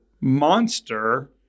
monster